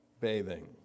bathing